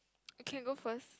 you can go first